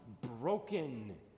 broken